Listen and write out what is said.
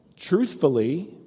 Truthfully